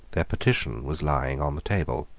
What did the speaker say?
their petition was lying on the table.